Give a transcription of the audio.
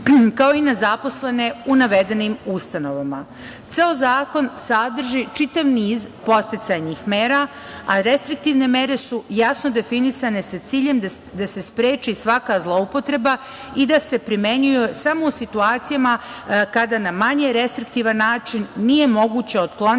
kao i na zaposlene u navedenim ustanovama. Ceo Zakon sadrži čitav niz podsticajnih mera, a restriktivne mere su jasno definisane sa ciljem da se spreči svaka zloupotreba i da se primenjuje samo u situacijama kada na manje restriktivan način nije moguće otkloniti